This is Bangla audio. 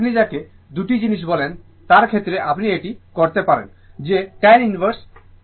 সুতরাং আপনি যাকে দুটি জিনিস বলেন তার ক্ষেত্রে আপনি এটি করতে পারেন যে tan ইনভার্স